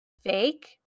fake